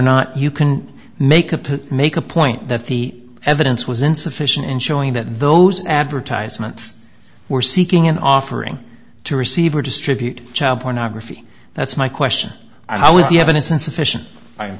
not you can make a make a point that the evidence was insufficient in showing that those advertisements were seeking and offering to receive or distribute child pornography that's my question i was the evidence insufficient